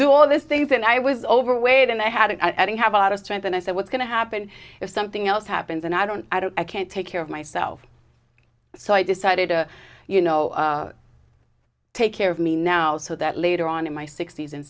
do all those things and i was overweight and i had a i didn't have a lot of strength and i said what's going to happen if something else happens and i don't i don't i can't take care of myself so i decided to you know take care of me now so that later on in my sixty's and